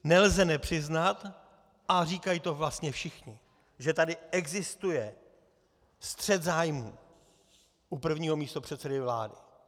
Nelze nepřiznat, a říkají to vlastně všichni, že tady existuje střet zájmů u prvního místopředsedy vlády.